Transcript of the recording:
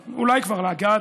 אולי כבר לגעת,